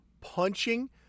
punching